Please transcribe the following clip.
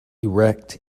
erect